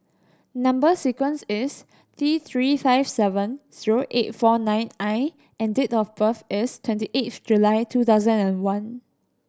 number sequence is T Three five seven zero eight four nine I and date of birth is twenty eighth July two thousand and one